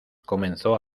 comenzó